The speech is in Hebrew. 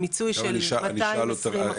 מיצוי של 220 אחוז.